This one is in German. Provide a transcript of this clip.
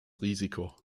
risiko